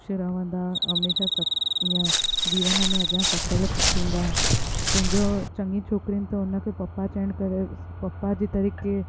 ख़ुशि रहंदा ऐं हमेशा सक ईअं जीवन में अॻियां सफ़ल थींदा पंहिंजी चङी छोकिरियुनि त उन खे पपा चवण करे पपा जे तरीक़े